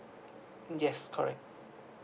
yes correct